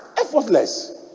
effortless